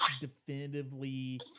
definitively